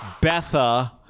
Betha